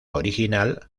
original